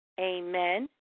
Amen